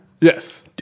Yes